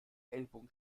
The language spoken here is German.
ellbogen